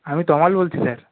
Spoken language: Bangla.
আমি তমাল বলছি স্যার